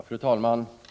Fru talman!